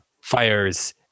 fires